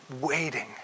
waiting